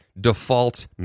default